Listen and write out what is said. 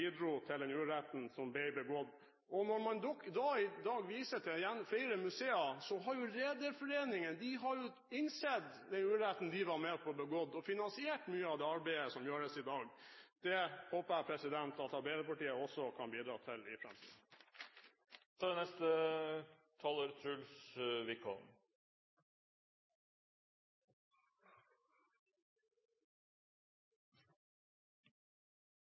til den uretten som ble begått. Når man så i dag viser til flere museer, har jo Rederiforbundet innsett den uretten de var med på å begå, og finansiert mye av det arbeidet som gjøres i dag. Det håper jeg at også Arbeiderpartiet kan bidra til i framtiden. Tord Lien har en vane: Han forveksler Arbeiderpartiet med staten. Det